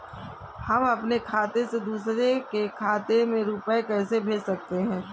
हम अपने खाते से दूसरे के खाते में रुपये कैसे भेज सकते हैं?